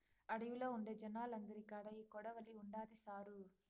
అడవిలో ఉండే జనాలందరి కాడా ఈ కొడవలి ఉండాది సారూ